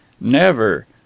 Never